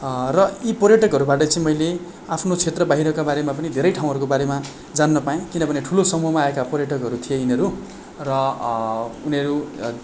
र यी पर्यटकहरूबाट चाहिँ मैले आफ्नो क्षेत्र बाहिरका बारेमा पनि धेरै ठाउँहरूको बारेमा जान्न पाएँ किनभने ठुलो समूहमा आएका पर्यटकहरू थिए यिनीहरू र उनीहरू